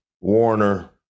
Warner